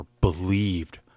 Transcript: believed